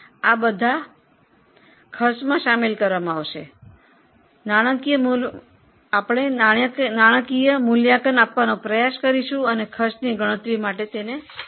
આ બધા ખર્ચમાં સામેલ કરીશું એને નાણાકીય મૂલ્યાંકન આપવાનો પ્રયાસ કરીશું અને ખર્ચની ગણતરીમાં તેને ઉમેરીશું